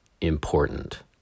important